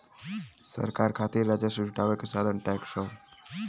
सरकार खातिर राजस्व जुटावे क साधन टैक्स हौ